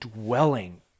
dwelling